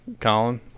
Colin